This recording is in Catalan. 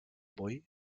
vull